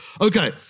Okay